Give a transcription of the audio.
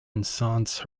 ensconce